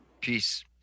Peace